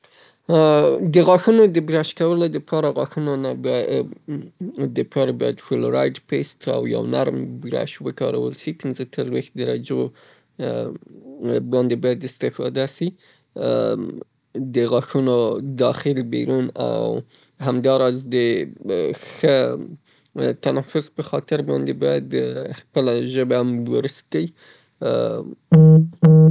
د غاښونو سمو بورسولو د پاره غاښونو نه باید د فلوریاد د پست نه استفاده وسي، نرم برس نه استفاده وسي، پنځه څلویښت درجې، په درجې استفاده سي او دوراني حرکتونو په شکل باندې تر څو د غاښونو داخلي او بیروني سطحې بس پاکې سي. او کولای سئ د غاښو د پاره، فلاس وکاروئ؛ ترڅو مو غاښونه صحي پاتې سي.